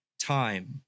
time